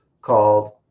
called